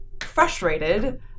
frustrated